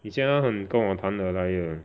以前他很跟我谈的来的